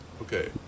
Okay